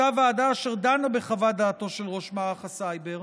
אותה ועדה אשר דנה בחוות דעתו של ראש מערך הסייבר,